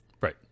Right